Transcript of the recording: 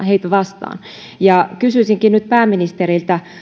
heitä vastaan kysyisinkin nyt pääministeriltä